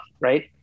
right